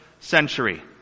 century